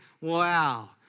wow